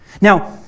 now